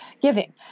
giving